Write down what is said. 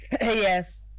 Yes